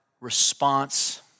response